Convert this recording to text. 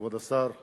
מוועדת הפנים